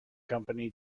company